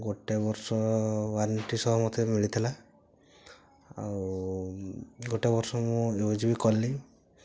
ଗୋଟେ ବର୍ଷ ୱାରେଣ୍ଟି ସହ ମୋତେ ମିଳିଥିଲା ଆଉ ଗୋଟେ ବର୍ଷ ମୁଁ ୟୁଜ୍ ବି କଲି